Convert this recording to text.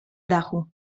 dachu